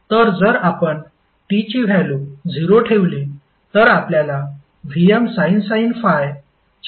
तर जर आपण T ची व्हॅल्यू 0 ठेवली तर आपल्याला Vmsin ∅ ची काही व्हॅल्यु मिळेल